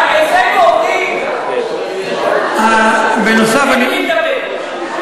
אצלנו אומרים, אין עם מי לדבר.